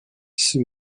sue